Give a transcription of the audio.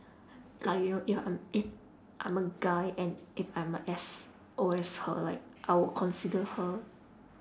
like you know ya I'm if I'm a guy and if I'm like as old as her like I would consider her